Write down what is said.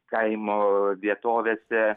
kaimo vietovėse